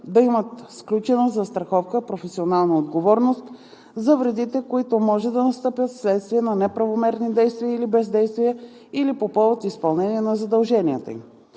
да имат сключена застраховка „Професионална отговорност“ за вредите, които може да настъпят вследствие на неправомерни действия или бездействия при или по повод изпълнение на задълженията им.